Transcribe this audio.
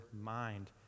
mind